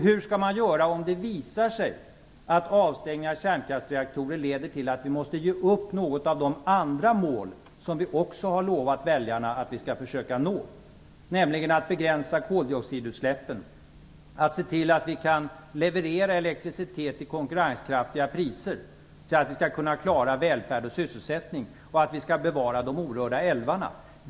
Hur skall man göra om det visar sig att avstängning av kärnkraftsreaktorer leder till att vi måste ge upp något av de andra mål som vi också har lovat väljarna att vi skall försöka nå: att begränsa koldioxidutsläppen, att se till att vi kan leverera elektricitet till konkurrenskraftiga priser så att vi kan klara välfärd och sysselsättning och bevara de orörda älvarna?